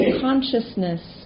consciousness